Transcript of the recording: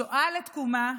משואה לתקומה.